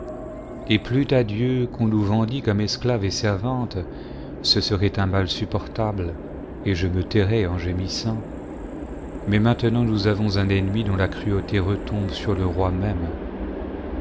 et plût à dieu qu'on nous vendît comme esclaves et servantes ce serait un mal supportable et je me tairais en gémissant mais maintenant nous avons un ennemi dont la cruauté retombe sur le roi même